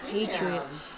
Patriots